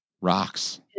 Rocks